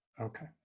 okay